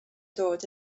dod